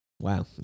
Wow